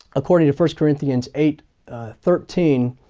according to first corinthians eight thirteen,